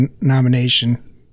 nomination